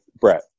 Brett